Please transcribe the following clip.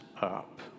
up